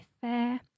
fair